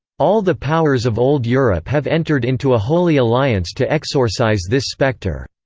all the powers of old europe have entered into a holy alliance to exorcise this spectre,